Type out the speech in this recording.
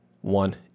one